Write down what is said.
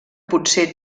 potser